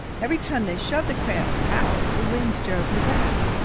every time they shoved the craft out the wind drove her back.